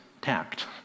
tact